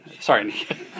sorry